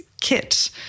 Kit